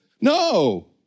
No